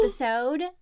episode